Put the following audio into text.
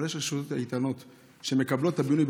אבל יש רשויות איתנות שמקבלות את הבינוי.